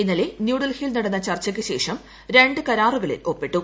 ഇന്നലെ ന്യൂഡൽഹിയിൽ നടന്ന ചർച്ചയ്ക്കു ശേഷം രണ്ട് കരാറുകളിൽ ഒപ്പിട്ടു